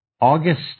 August